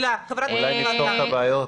אולי נפתור את הבעיות?